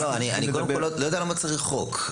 אני לא יודע למה צריך חוק,